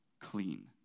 clean